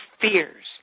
fears